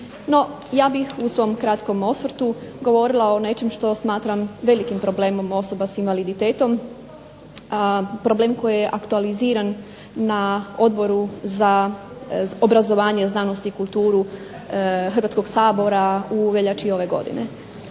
ja bih u svom kratkom osvrtu govorila o nečem što smatram velikim problemom osoba sa invaliditetom, a problem koji je aktualiziran na Odboru za obrazovanje, znanost i kulturu Hrvatskog sabora u veljači ove godine.